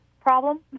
problem